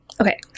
Okay